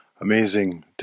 Amazing